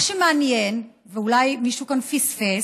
מה שמעניין, ואולי מישהו כאן פספס,